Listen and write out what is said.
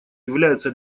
является